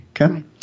okay